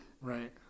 Right